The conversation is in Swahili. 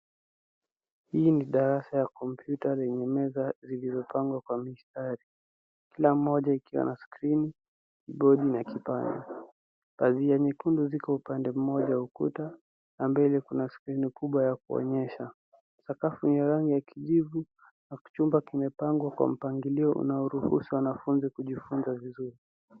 Hii ni darasa ya kompyuta yenye meza zilizopangwa kwa mistari. Kila mmoja ikiwa na skrini, kibodi na kipanya. Pazia nyekundu ziko upande mmoja ukuta na mbele kuna skrini kubwa ya kuonyesha. Sakafu ni ya rangi ya kijivu na kichumba kimepangwa kwa mpangilio unaoruhusu wanafunzi kujifunza vizuri.